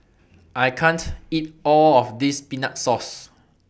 I can't eat All of This Peanut Paste